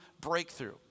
breakthrough